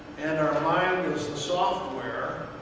and our mind is the software,